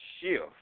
shift